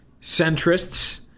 centrists